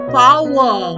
power